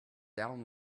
down